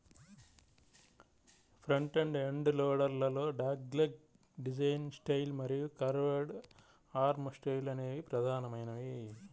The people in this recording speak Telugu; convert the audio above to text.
ఫ్రంట్ ఎండ్ లోడర్ లలో డాగ్లెగ్ డిజైన్ స్టైల్ మరియు కర్వ్డ్ ఆర్మ్ స్టైల్ అనేవి ప్రధానమైనవి